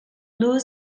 blue